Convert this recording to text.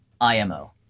IMO